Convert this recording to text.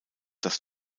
das